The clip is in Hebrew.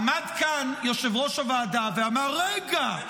עמד כאן יושב-ראש הוועדה ואמר: רגע,